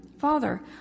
Father